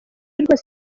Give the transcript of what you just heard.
rwose